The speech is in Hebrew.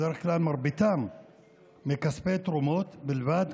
בדרך כלל מרביתם מכספי תרומות בלבד,